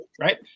right